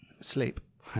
sleep